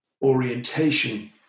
orientation